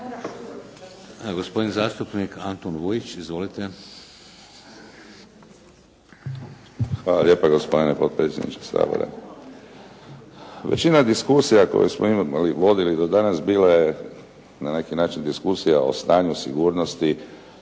Hvala lijepa gospodine potpredsjedniče Sabora. Većina diskusija koju smo imali, vodili do danas bila je na neki način diskusija o stanju sigurnosti